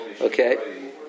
Okay